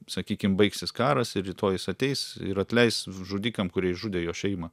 sakykim baigsis karas ir rytoj jis ateis ir atleis žudikam kurie išžudė jo šeimą